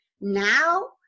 now